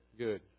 Good